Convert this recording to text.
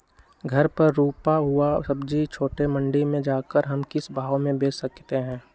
घर पर रूपा हुआ सब्जी छोटे मंडी में जाकर हम किस भाव में भेज सकते हैं?